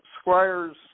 Squires